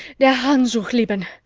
der handschuh, liebchen!